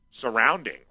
surrounding